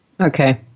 Okay